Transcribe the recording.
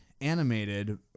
animated